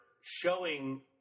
showing